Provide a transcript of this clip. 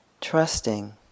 trusting